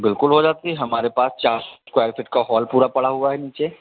बिल्कुल हो जाती है हमारे पास चार सौ स्कवायर फीट का हॉल पूरा पड़ा हुआ है नीचे